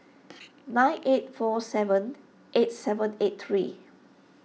nine eight four seven eight seven eight three